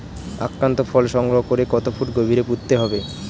আক্রান্ত ফল সংগ্রহ করে কত ফুট গভীরে পুঁততে হবে?